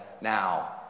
now